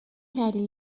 کردی